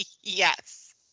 Yes